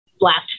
last